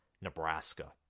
Nebraska